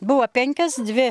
buvo penkios dvi